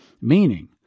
meaning